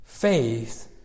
Faith